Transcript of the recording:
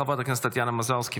חברת הכנסת טטיאנה מזרסקי,